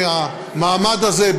מהמעמד הזה,